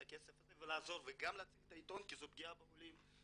הכסף הזה ולעזור וגם להציל את העיתון כי זו פגיעה בעולים,